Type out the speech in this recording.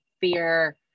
fear